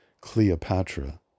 Cleopatra